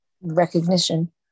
recognition